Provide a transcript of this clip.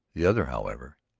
the other, however,